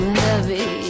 heavy